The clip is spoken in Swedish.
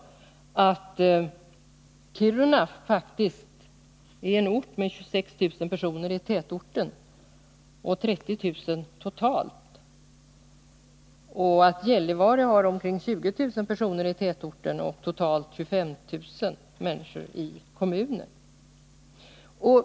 De vet inte att Kiruna faktiskt är en ort med 26 000 personer i tätorten och 30 000 totalt och att Gällivare har omkring 20 000 personer i tätorten och 25 000 totalt i kommunen.